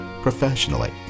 professionally